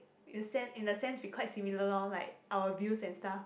in sense in a sense we quite similar lor like our views and stuff